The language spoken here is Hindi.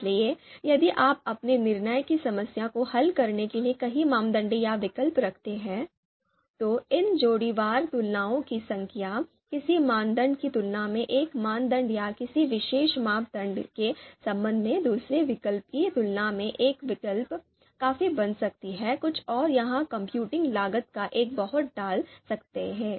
इसलिए यदि आप अपने निर्णय की समस्या को हल करने के लिए कई मानदंड या विकल्प रखते हैं तो इन जोड़ीवार तुलनाओं की संख्या किसी मानदंड की तुलना में एक मानदंड या किसी विशेष मापदंड के संबंध में दूसरे विकल्प की तुलना में एक विकल्प काफी बन सकती है कुछ और यह कंप्यूटिंग लागत का एक बहुत डाल सकता है